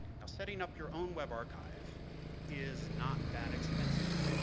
now setting up your own web archive is not that expensive.